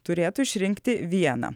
turėtų išrinkti vieną